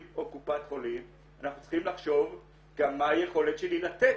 או קופת חולים גם מה היכולת שלי לתת.